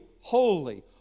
holy